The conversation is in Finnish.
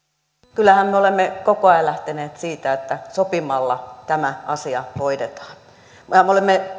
kyllähän me olemme koko ajan lähteneet siitä että sopimalla tämä asia hoidetaan me olemme